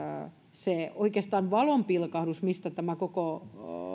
se tämän lain valonpilkahdus mistä tämä koko